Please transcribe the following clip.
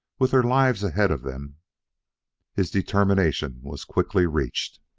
with their lives ahead of them his determination was quickly reached.